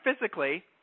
physically